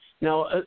Now